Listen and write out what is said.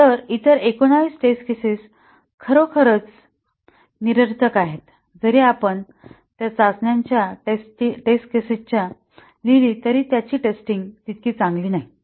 तर इतर 19 test cases खरोखरच निरर्थक आहेत जरी आपण त्या चाचण्यांच्या टेस्ट केसेस लिहिली तरी ती तितकी चांगली नाहीत